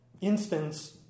instance